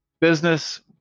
business